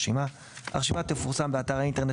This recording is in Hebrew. הרשימה); הרשימה תפורסם באתר האינטרנט